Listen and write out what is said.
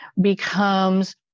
becomes